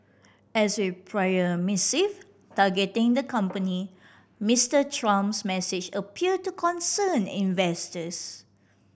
as with prior missive targeting the company Mister Trump's message appeared to concern investors